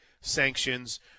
sanctions